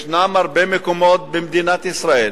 יש הרבה מקומות במדינת ישראל